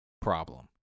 problem